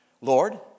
Lord